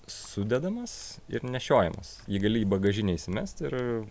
sudedamas ir nešiojamas jį gali į bagažinę įsimest ir